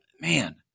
Man